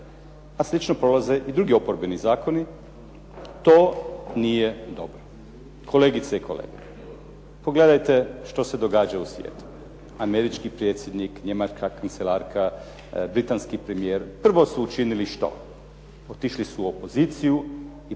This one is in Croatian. a slično prolaze i drugi oporbeni zakoni, to nije dobro. Kolegice i kolege, pogledajte što se događa u svijetu. Američki predsjednik, njemačka kancelarka, britanski premijer, prvo su učinili što? Otišli su u opoziciju i